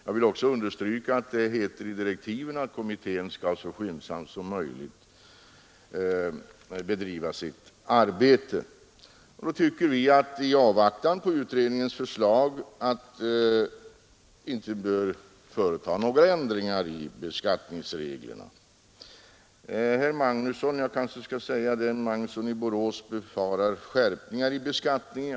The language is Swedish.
Jag vill också understryka att det i direktiven heter att kommittén skall så skyndsamt som möjligt bedriva sitt arbete. Då tycker vi att det i avvaktan på kommitténs förslag inte bör företas några ändringar i beskattningsreglerna. Herr Magnusson i Borås befarar skärpningar i beskattningen.